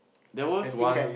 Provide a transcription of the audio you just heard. there was once